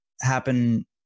happen